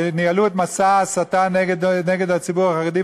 שניהלו את מסע ההסתה נגד הציבור החרדי,